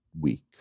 week